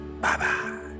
bye-bye